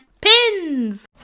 Pins